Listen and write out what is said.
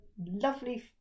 lovely